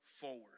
forward